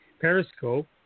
Periscope